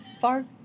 Far